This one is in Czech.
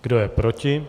Kdo je proti?